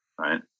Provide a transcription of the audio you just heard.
right